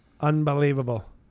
unbelievable